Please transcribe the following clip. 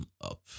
up